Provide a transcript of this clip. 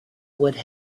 would